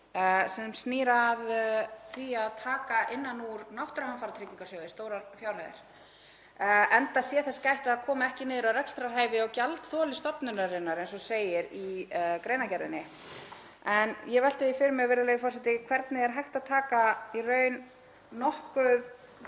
sem snýr að því að taka innan úr náttúruhamfaratryggingasjóði stórar fjárhæðir enda sé þess gætt að það komi ekki niður á rekstrarhæfi og gjaldþoli stofnunarinnar, eins og segir í greinargerðinni. Ég velti því fyrir mér, virðulegi forseti, hvernig er í raun hægt að taka nokkuð